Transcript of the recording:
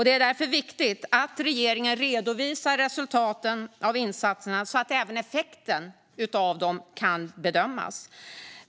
Det är därför viktigt att regeringen redovisar resultaten av insatserna så att även effekten av dem kan bedömas.